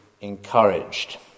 encouraged